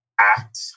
act